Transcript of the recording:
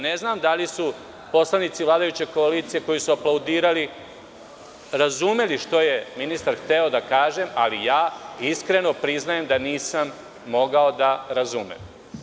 Ne znam da li su poslanici vladajuće koalicije koji su aplaudirali razumeli šta je ministar hteo da kaže, ali ja iskreno priznajem da nisam mogao da razumem.